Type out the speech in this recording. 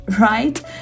right